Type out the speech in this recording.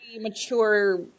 mature –